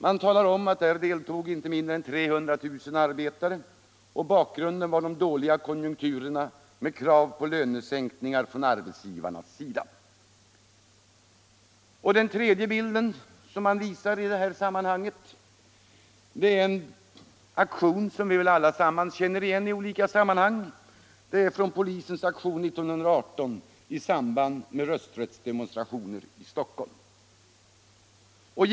Man talar om att där deltog inte mindre än 300 000 arbetare, och bakgrunden var de dåliga konjunkturerna med krav från arbelsgivarna på lönesänkningar. Den tredje bilden känner vi väl allesammans igen. Den är från polisens aktion i samband med rösträttsdemonstrationer i Stockholm 1918.